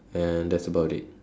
and that's about it